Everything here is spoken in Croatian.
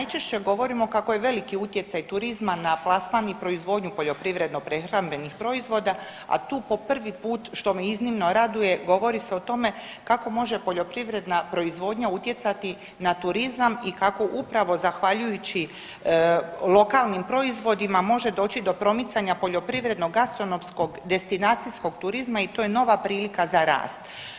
Najčešće govorimo kako je veliki utjecaj turizma na plasman i proizvodnju poljoprivredno prehrambenih proizvoda, a tu po prvi put što me iznimno raduje govori se o tome kako može poljoprivredna proizvodnja utjecati na turizam i kako upravo zahvaljujući lokalnim proizvodima može doći do promicanja poljoprivredno gastronomskog destinacijskog turizma i to je nova prilika za rast.